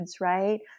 right